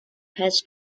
has